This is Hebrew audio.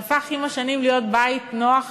והפך עם השנים להיות בית נוח